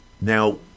now